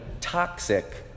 toxic